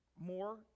more